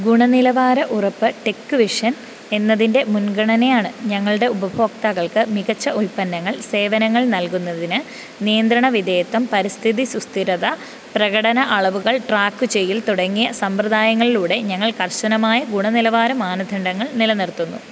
ഗുണനിലവാര ഉറപ്പ് tech vision എന്നതിൻ്റെ മുൻഗണനയാണ് ഞങ്ങളുടെ ഉപഭോക്താക്കൾക്ക് മികച്ച ഉൽപ്പന്നങ്ങൾ സേവനങ്ങൾ നൽകുന്നതിന് നിയന്ത്രണ വിധേയത്വം പരിസ്ഥിതി സുസ്ഥിരത പ്രകടന അളവുകൾ ട്രാക്കു ചെയ്യൽ തുടങ്ങിയ സമ്പ്രദായങ്ങളിലൂടെ ഞങ്ങൾ കർശനമായ ഗുണനിലവാര മാനദണ്ഡങ്ങൾ നിലനിർത്തുന്നു